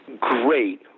Great